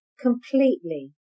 Completely